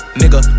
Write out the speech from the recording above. nigga